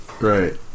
Right